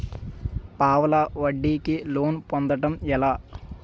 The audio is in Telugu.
పావలా వడ్డీ కి లోన్ పొందటం ఎలా?